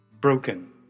Broken